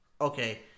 okay